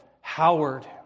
Howard